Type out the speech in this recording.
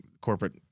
corporate